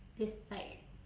it's like